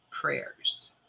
prayers